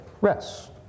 rest